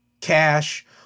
cash